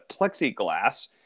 plexiglass